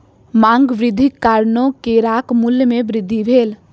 मांग वृद्धिक कारणेँ केराक मूल्य में वृद्धि भेल